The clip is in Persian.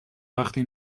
وقتی